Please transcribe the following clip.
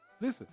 listen